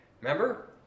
remember